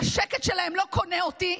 והשקט שלהם לא קונה אותי,